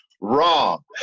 wrong